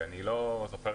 אני לא זוכר,